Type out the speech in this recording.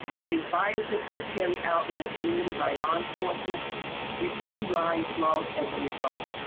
when these vices are carried out in the community by line forsman we seem like smiles as a result.